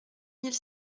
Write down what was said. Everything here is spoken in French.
mille